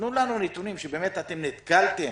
תנו לנו נתונים שבאמת נתקלתם